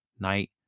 night